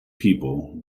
people